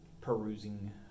perusing